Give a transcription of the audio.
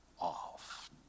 off